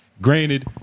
Granted